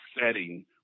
setting